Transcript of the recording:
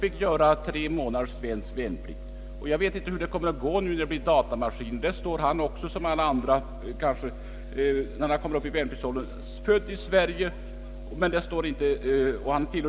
I dessa registreras barnen som födda i Sverige, och så blir även de utländska kanske inkallade när deras årgång står i tur.